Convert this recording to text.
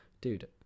dude